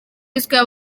square